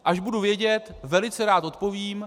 Až budu vědět, velice rád odpovím.